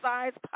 Size